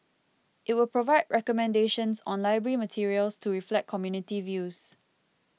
it will provide recommendations on library materials to reflect community views